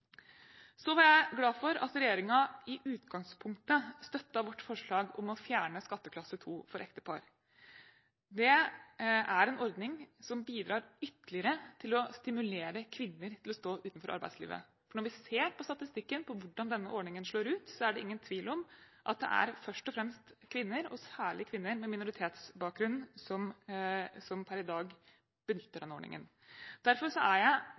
Så var jeg glad for at regjeringen i utgangspunktet støttet vårt forslag om å fjerne skatteklasse 2 for ektepar. Det er en ordning som bidrar ytterligere til å stimulere kvinner til å stå utenfor arbeidslivet, for når vi ser på statistikken, på hvordan denne ordningen slår ut, er det ingen tvil om at det er først og fremst kvinner, og særlig kvinner med minoritetsbakgrunn, som per i dag benytter den ordningen. Derfor er jeg